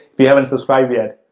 if you haven't subscribed yet,